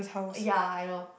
ya I know